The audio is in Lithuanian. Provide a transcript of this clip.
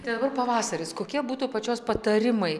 tai dabar pavasaris kokie būtų pačios patarimai